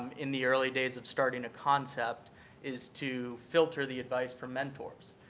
in the early days of starting a concept is to filter the advice from mentors.